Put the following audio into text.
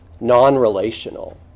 non-relational